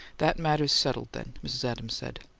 that matter's settled then, mrs. adams said.